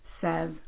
says